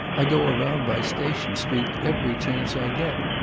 i go around by station street every chance i get.